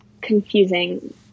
confusing